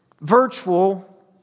virtual